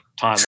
time